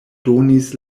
donis